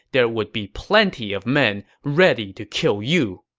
there would be plenty of men ready to kill you.